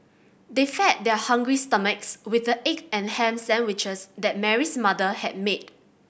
they fed their hungry stomachs with the egg and ham sandwiches that Mary's mother had made